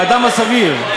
האדם הסביר.